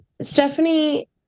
Stephanie